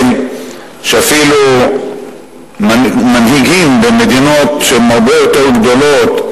שאפילו מנהיגים במדינות הרבה יותר גדולות,